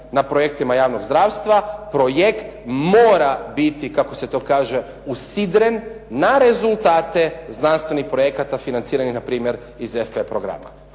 na projektima javnog zdravstva projekt mora biti kako se to kaže usidren na rezultate znanstvenih projekata financiranih npr. iz … /Govornik